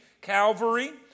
Calvary